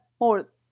more